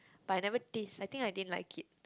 but I never taste I think I didn't like it